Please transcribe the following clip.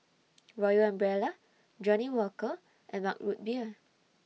Royal Umbrella Johnnie Walker and Mug Root Beer